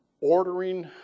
ordering